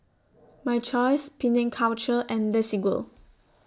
My Choice Penang Culture and Desigual